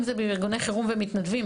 אם זה בארגוני חירום ומתנדבים.